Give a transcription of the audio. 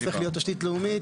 הופך להיות תשתית לאומית?